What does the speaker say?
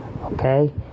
Okay